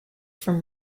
from